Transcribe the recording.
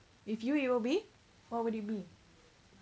if you it will be what would it be